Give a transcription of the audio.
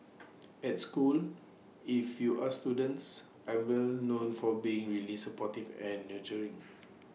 at school if you ask students I'm well known for being really supportive and nurturing